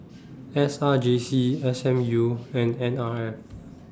S R J C S M U and N R F